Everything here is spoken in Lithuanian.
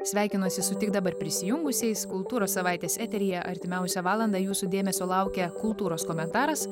sveikinuosi su tik dabar prisijungusiais kultūros savaitės eteryje artimiausią valandą jūsų dėmesio laukia kultūros komentaras